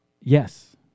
Yes